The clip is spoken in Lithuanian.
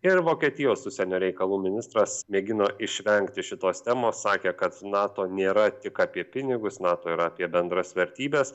ir vokietijos užsienio reikalų ministras mėgino išvengti šitos temos sakė kad nato nėra tik apie pinigus nato yra apie bendras vertybes